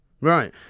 Right